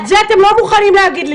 את זה אתם לא מוכנים להגיד לי.